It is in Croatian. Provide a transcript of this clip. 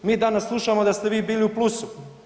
Mi danas slušamo da ste vi bili u plusu.